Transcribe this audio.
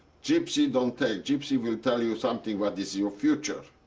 gypsy don't take. gypsy will tell you something what is your future.